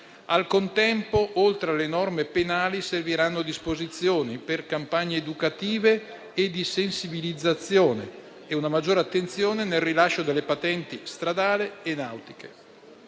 Al contempo, oltre alle norme penali, serviranno disposizioni per campagne educative e di sensibilizzazione e una maggiore attenzione nel rilascio delle patenti stradali e nautiche.